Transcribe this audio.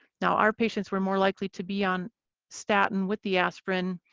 now, our patients were more likely to be on statin with the aspirin.